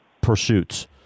pursuits